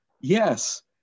yes